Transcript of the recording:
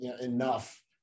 enough